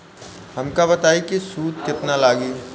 हमका बताई कि सूद केतना लागी?